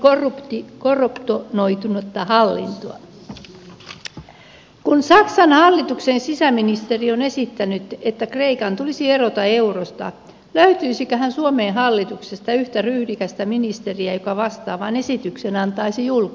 ajokki korotetut noikin että halli kun saksan hallituksen sisäministeri on esittänyt että kreikan tulisi erota eurosta löytyisiköhän suomen hallituksesta yhtä ryhdikästä ministeriä joka vastaavaan esityksen antaisi julkisuuteen